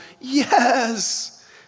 yes